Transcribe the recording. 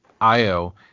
io